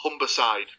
Humberside